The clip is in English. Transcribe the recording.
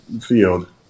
Field